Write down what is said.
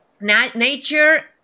nature